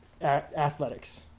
athletics